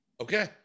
okay